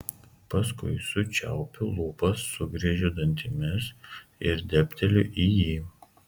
paskui sučiaupiu lūpas sugriežiu dantimis ir dėbteliu į jį